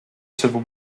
civil